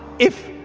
if,